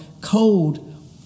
cold